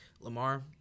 Lamar